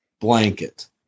blanket